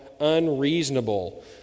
unreasonable